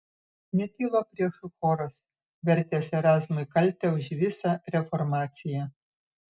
netilo priešų choras vertęs erazmui kaltę už visą reformaciją